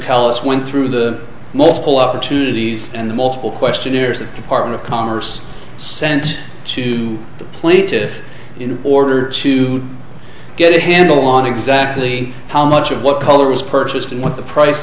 tell us went through the multiple opportunities and multiple questionnaires the department of commerce sent to the plaintiff in order to get a handle on exactly how much of what color was purchased and what the price